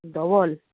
double